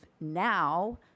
now